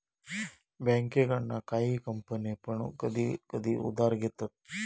बँकेकडना काही कंपने पण कधी कधी उधार घेतत